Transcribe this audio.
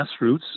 grassroots